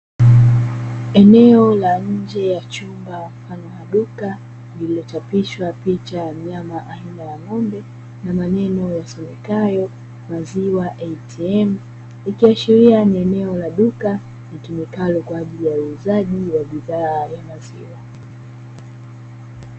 Eneo la nje ya chumba pana duka lililochapishwa picha ya mnyama aina ya ng'ombe na maneno yasomekayo, "maziwa ATM" ikiashiria ni eneo la duka litumikalo kwa ajili ya uuzaji wa bidhaa ya maziwa.